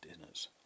dinners